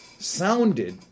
Sounded